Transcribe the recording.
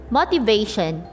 motivation